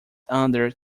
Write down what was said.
under